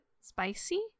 spicy